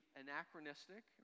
anachronistic